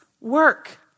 work